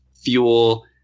fuel